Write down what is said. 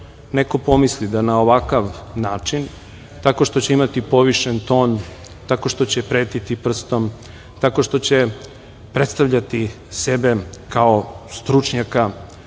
neko pomisli da na ovakav način, tako što će imati povišen ton, tako što će pretiti prstom, tako što će predstavljati sebe kao stručnjaka,